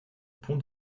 pont